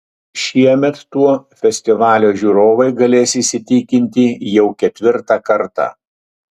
šiemet tuo festivalio žiūrovai galės įsitikinti jau ketvirtą kartą